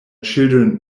children